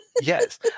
Yes